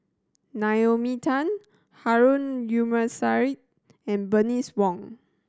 Naomi Tan Harun and Bernice Wong